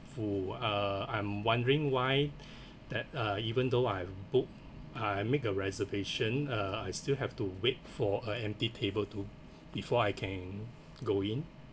full uh I'm wondering why that uh even though I booked uh I make a reservation uh I still have to wait for a empty table to before I can go in